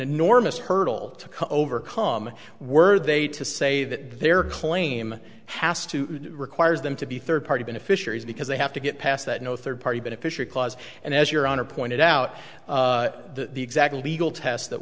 enormous hurdle to overcome were they to say that their claim has to require them to be third party beneficiaries because they have to get past that no third party beneficial clause and as your honor pointed out the exact legal tests that